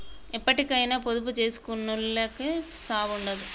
ఎప్పటికైనా పొదుపు జేసుకునోళ్లకు సావుండదు